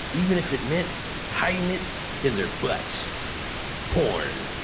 even if it meant hiding it in their butts porn.